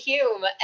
Hume